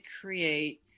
create